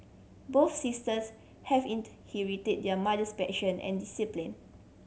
both sisters have inherited their mother's passion and discipline